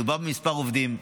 מדובר בעובדים ספורים,